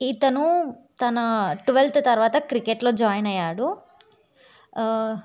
ఇతను తన ట్వల్త్ తర్వాత క్రికెట్లో జాయిన్ అయ్యాడు